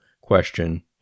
question